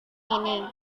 ini